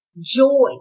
joy